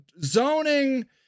Zoning